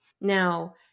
Now